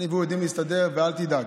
אני והוא יודעים להסתדר, ואל תדאג.